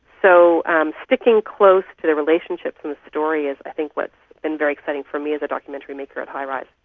so sticking close to the relationships in the story is i think what has been very exciting for me as a documentary maker at highrise.